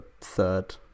third